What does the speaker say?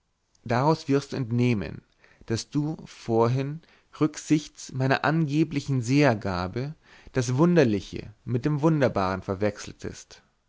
daraus wirst du entnehmen daß du vorhin rücksichts meiner angeblichen sehergabe das wunderliche mit dem wunderbaren verwechseltest